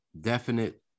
definite